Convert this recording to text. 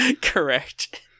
Correct